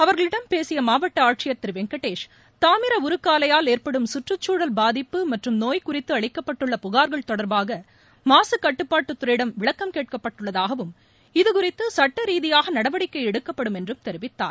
அவர்களிடம் பேசிய மாவட்ட ஆட்சியர் திரு வெங்கடேஷ் தாமிர உருக்கு ஆலையால் ஏற்படும் கற்றுச்சூழல் பாதிப்பு மற்றும் நோய் குறித்து அளிக்கப்பட்டுள்ள புகார்கள் தொடர்பாக மாக கட்டுப்பாட்டு துறையிடம் விளக்கம் கேட்கப்பட்டுள்ளதாகவும் இதுகுறித்து சுட்ட ரீதியாக நடவடிக்கை எடுக்கப்படும் என்றும் தெரிவித்தார்